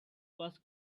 was